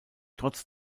trotz